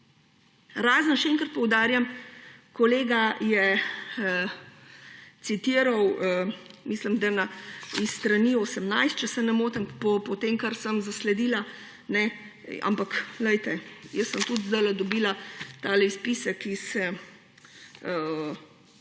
Razen, še enkrat poudarjam, kolega je citiral, mislim, da s strani 18, če se ne motim, po tem, kar sem zasledila. Ampak poglejte, jaz sem tudi zdajle dobila tale izpisek / pokaže